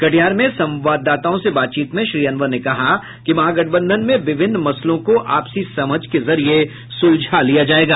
कटिहार में संवाददाताओं से बातचीत में श्री अनवर ने कहा कि महागठबंधन में विभिन्न मसलों को आपसी समझ के जरिये सुलझा लिया जायेगा